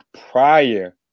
prior